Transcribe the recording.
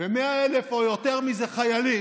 ו-100,000, או יותר מזה, חיילים,